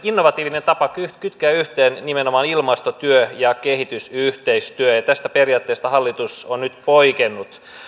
innovatiivinen tapa kytkeä yhteen nimenomaan ilmastotyö ja kehitysyhteistyö ja tästä periaatteesta hallitus on nyt poikennut